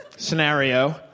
Scenario